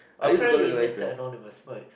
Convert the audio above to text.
apparently Mr Anonymous smokes